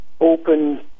open